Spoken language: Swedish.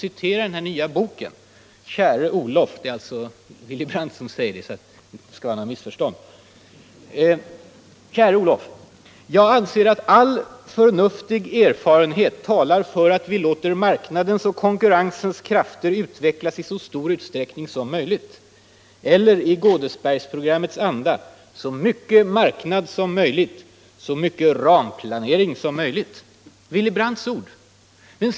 I den nyligen utkomna boken skriver han: ”Käre Olof! —-—-—- Jag anser att all förnuftig erfarenhet talar ——— för att vi låter marknadens och konkurrensens krafter utvecklas i så stor utsträckning som möjligt. Eller, i Godesbergsprogrammets anda; så mycket marknad som möjligt, så mycket ramplanering som nödvändigt.” Det är alltså Willy Brandts ord.